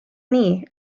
nii